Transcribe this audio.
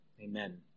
Amen